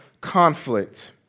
conflict